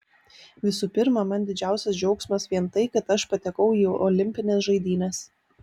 visų pirma man didžiausias džiaugsmas vien tai kad aš patekau į olimpines žaidynes